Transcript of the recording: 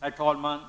Herr talman!